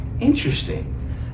interesting